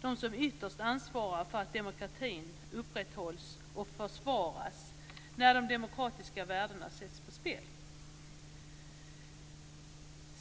de som ytterst ansvarar för att demokratin upprätthålls och försvaras när de demokratiska värdena sätts på spel.